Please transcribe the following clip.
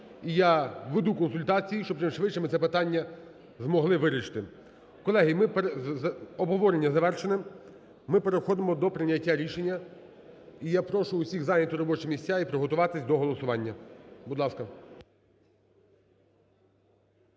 І я веду консультації, щоб чимшвидше ми це питання змогли вирішити. Колеги, ми, обговорення завершене. Ми переходимо до прийняття рішення. І я прошу всіх зайняти робочі місця і приготуватись до голосування, будь ласка.